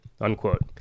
unquote